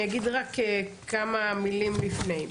אני אגיד רק כמה מילים לפני.